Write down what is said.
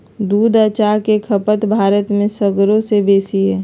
दूध आ चाह के खपत भारत में सगरो से बेशी हइ